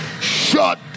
Shut